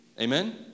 amen